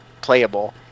playable